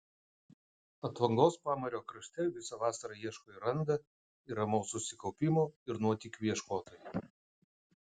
atvangos pamario krašte visą vasarą ieško ir randa ir ramaus susikaupimo ir nuotykių ieškotojai